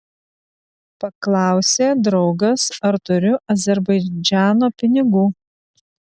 paklausė draugas ar turiu azerbaidžano pinigų